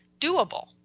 doable